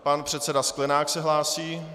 Pan předseda Sklenák se hlásí.